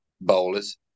bowlers